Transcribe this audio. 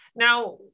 now